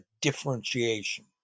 differentiation